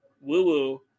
Woo-woo